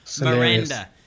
Miranda